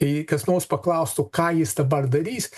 jei jį kas nors paklaustų ką jis dabar darys